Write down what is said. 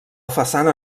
façana